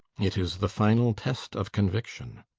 it is the final test of conviction,